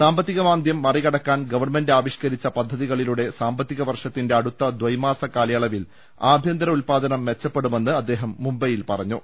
സാമ്പത്തികമാന്ദൃം മറികടക്കാൻ ഗവൺമെന്റ് ആവിഷ്ക്കരിച്ച പദ്ധതികളിലൂടെ സാമ്പത്തിക വർഷത്തിന്റെ അടുത്ത ദൈമാസ കാലയളവിൽ ആഭ്യന്തര ഉത്പാദനം മെച്ചപ്പെടുമെന്ന് അദ്ദേഹം മുംബൈയിൽ പറഞ്ഞു